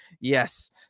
yes